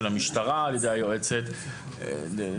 המשטרה על ידי היועצת המשפטית לממשלה,